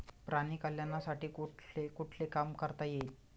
प्राणी कल्याणासाठी कुठले कुठले काम करता येईल?